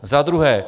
Za druhé.